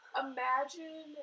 Imagine